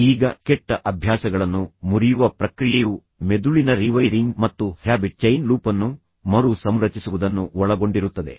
ಈಗ ಕೆಟ್ಟ ಅಭ್ಯಾಸಗಳನ್ನು ಮುರಿಯುವ ಪ್ರಕ್ರಿಯೆಯು ಮೆದುಳಿನ ರೀವೈರಿಂಗ್ ಮತ್ತು ಹ್ಯಾಬಿಟ್ ಚೈನ್ ಲೂಪನ್ನು ಮರು ಸಂರಚಿಸುವುದನ್ನು ಒಳಗೊಂಡಿರುತ್ತದೆ